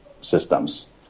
systems